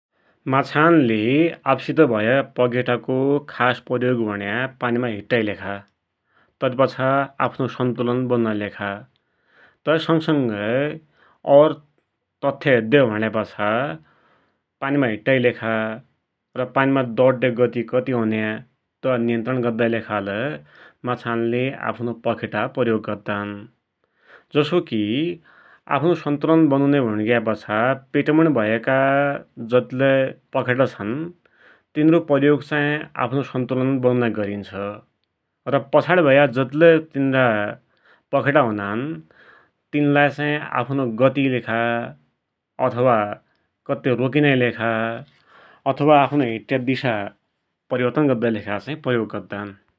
माछान्ले आफ़्सित भया पखेटाको खास प्रयोग भुण्या पानी माइ हिट्टाकि लेखा, तति पाछा आफ्नो सन्तुलन बनुनाकि लेखा। तै संगसंगै तथ्य हेद्यौ भुण्यापाछा पानीमै दौड्डाकि लेखा, दौड्ड्या गति कति हुन्या तै नियन्त्रण गद्दाकी लेखालै माछान्ले आफ्नो पखेटा प्रयोग गद्दान । जसोकी आफ्नो सन्तुलन बनुन्या भुणिग्यापाछा पेटमुणि भयाको जतिलै पखेटा छन् तिनारो प्रयोग चाहिँ आफ्नो सन्तुलन बनुनाकी गरिन्छ । र पछाडी भया जतिलै तिनारा पखेटा हुनान तिन्लाइ चाहि आफ्नो गातिकी लेखा अथवा कत्ते रोकिनाकी लेखा अथवा आफनो हिट्ट्या दिशा परिवर्तन गद्दाकी लेखा प्रयोग गद्दान ।